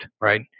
Right